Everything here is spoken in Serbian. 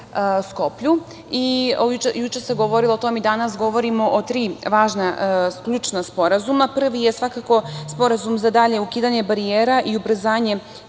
Skoplju. Juče se govorilo o tome i danas govorimo o tri važna ključna sporazuma. Prvi je svakako Sporazum za dalje ukidanje barijera i ubrzanje